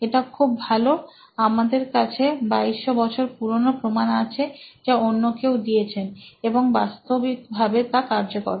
এটা খুব ভালো আমাদের কাছে 2200 বছর পুরনো প্রমাণ আছে যা অন্য কেউ দিয়েছেন এবং বাস্তবিকভাবে তা কার্যকর